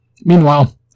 Meanwhile